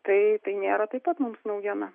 tai tai nėra taip pat mums naujiena